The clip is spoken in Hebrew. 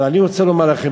אבל אני רוצה לומר לכם,